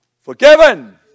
Forgiven